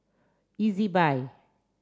easy buy